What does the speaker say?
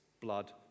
blood